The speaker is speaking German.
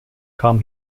kam